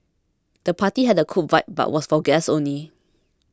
the party had a cool vibe but was for guests only